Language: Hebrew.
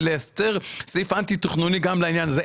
ולייצר סעיף אנטי-תכנוני גם לעניין הזה.